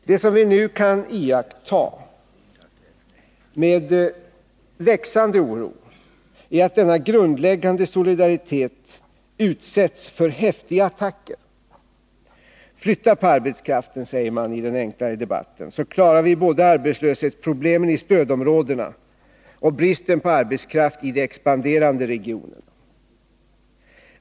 Det som vi nu med växande oro kan iaktta är att denna grundläggande solidaritet utsätts för häftiga attacker. Flytta på arbetskraften, säger man i den enklare debatten, så klarar vi både arbetslöshetsproblemen i stödområdena och bristen på arbetskraft i de expanderande regionerna.